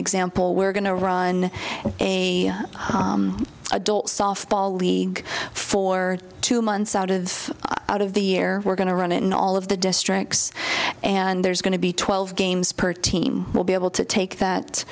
example we're going to run a adult softball league for two months out of out of the year we're going to run in all of the districts and there's going to be twelve games per team we'll be able to take that